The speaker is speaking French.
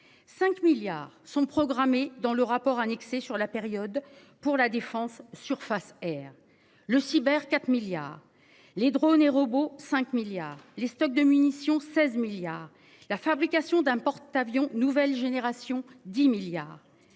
5 milliards sont programmés dans le rapport annexé sur la période pour la défense surface R le cyber 4 milliards les drônes et robots 5 milliards les stocks de munitions 16 milliards la fabrication d'un porte-avion nouvelle génération 10 milliards